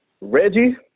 reggie